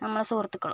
നമ്മളുടെ സുഹൃത്തുക്കള്